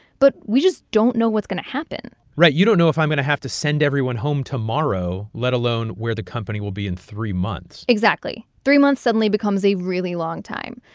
but we just don't know what's going to happen right, you don't know if i'm going to have to send everyone home tomorrow, let alone where the company will be in three months exactly. three months suddenly becomes a really long time.